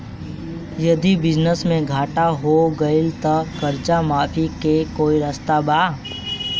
यदि बिजनेस मे घाटा हो गएल त कर्जा माफी के कोई रास्ता बा?